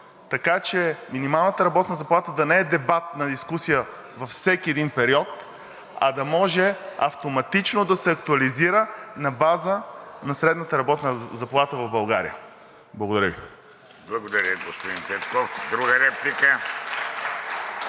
така че минималната работна заплата да не е дебат на дискусия във всеки един период, а да може автоматично да се актуализира на база на средната работна заплата в България. Благодаря Ви. (Ръкопляскания от „Продължаваме